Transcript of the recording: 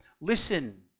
Listen